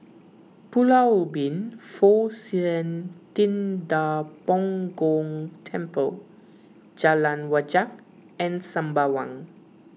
Pulau Ubin Fo Shan Ting Da Bo Gong Temple Jalan Wajek and Sembawang